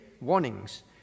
warnings